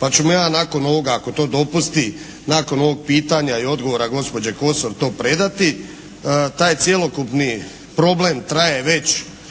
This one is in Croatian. pa ću mu ja nakon ovoga ako to dopusti, nakon ovog pitanja i odgovora gospođe Kosor to predati. Taj cjelokupni problem traje već